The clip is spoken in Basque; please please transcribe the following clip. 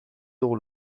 dugu